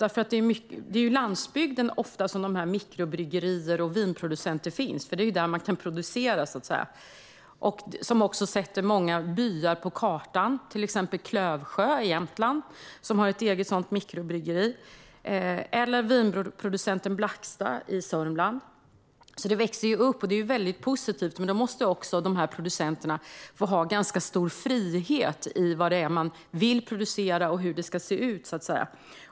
Det är ofta på landsbygden som mikrobryggerierna och vinproducenterna finns eftersom det är där produktionen kan ske. Det sätter också många byar på kartan, till exempel Klövsjö i Jämtland, där det finns ett mikrobryggeri, eller vinproducenten Blaxta i Sörmland. Det växer fram producenter, och det är positivt. Dessa producenter måste få ha stor frihet i vad de vill producera och hur det ska se ut.